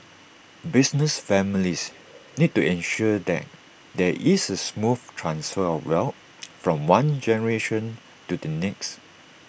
business families need to ensure that there is A smooth transfer of wealth from one generation to the next